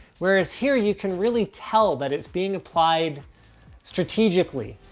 whereas here you can really tell that it's being applied strategically.